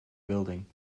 building